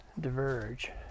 diverge